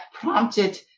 prompted